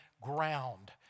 ground